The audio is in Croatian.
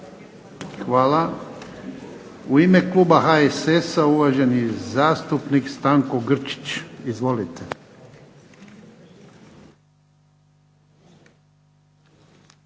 Hvala. U ime kluba HSS-a uvaženi zastupnik Stanko Grčić. Izvolite.